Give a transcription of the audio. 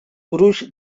gruix